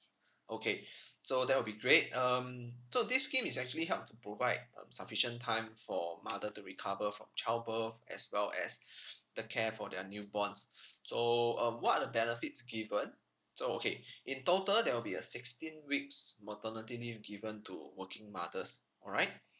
okay so that will be great um so this scheme is actually help to provide um sufficient time for mother to recover from childbirth as well as the care for their newborns so um what are the benefits given so okay in total there will be a sixteen weeks maternity leave given to working mothers alright